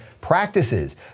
practices